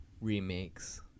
remakes